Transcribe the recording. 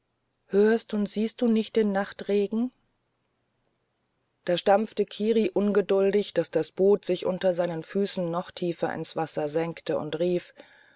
hörst und siehst du nicht den nachtregen da stampfte kiri ungeduldig daß das boot sich unter seinen füßen noch tiefer ins wasser senkte und rief